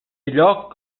lloc